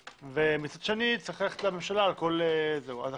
ומצד שני צריך ללכת לממשלה על כל- -- לכן